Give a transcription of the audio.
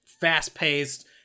fast-paced